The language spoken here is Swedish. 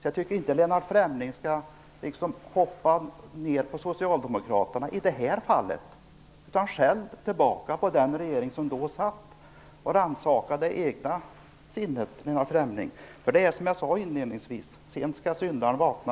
Jag tycker därför att Lennart Fremling i det här fallet inte skall slå ned på Socialdemokraterna. Skäll i stället på den dåvarande regeringen och rannsaka det egna sinnet, Lennart Fremling! Som jag sade inledningsvis: Sent skall syndaren vakna.